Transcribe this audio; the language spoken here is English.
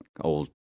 old